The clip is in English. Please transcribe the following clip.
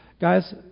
Guys